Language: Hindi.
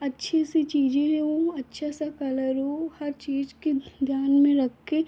अच्छी सी चीज़ें हो अच्छा सा कलर हो हर चीज़ के ध्यान में रखे